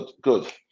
good